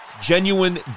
Genuine